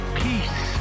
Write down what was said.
peace